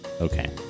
Okay